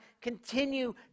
continue